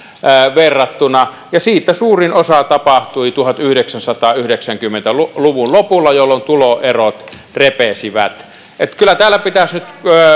verrattuna ja siitä suurin osa tapahtui tuhatyhdeksänsataayhdeksänkymmentä luvun lopulla jolloin tuloerot repesivät että kyllä täällä pitäisi nyt